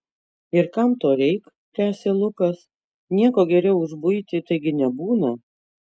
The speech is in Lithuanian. ir kam to reik tęsė lukas nieko geriau už buitį taigi nebūna